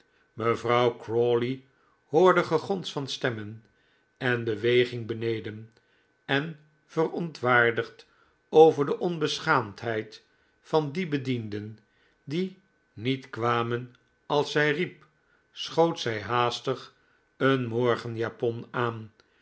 mevrouw crawley hoorde gegons van stemmen en beweging beneden en verontwaardigd over de onbeschaamdheid van die bedienden die niet kwamen als zij riep schoot zij haastig een morgenjapon aan